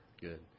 Good